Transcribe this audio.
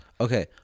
Okay